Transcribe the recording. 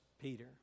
Peter